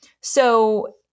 So-